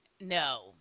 No